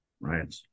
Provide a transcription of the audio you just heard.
Right